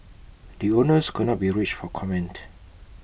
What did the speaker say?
the owners could not be reached for comment